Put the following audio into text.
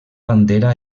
bandera